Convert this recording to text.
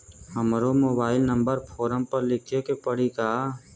हमरो mobile number forum पर लिखे के पड़ी का?